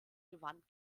gewand